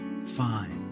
fine